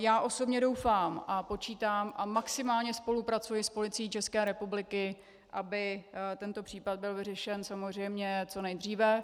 Já osobně doufám a počítám a maximálně spolupracuji s Policií ČR, aby tento případ byl vyřešen samozřejmě co nejdříve.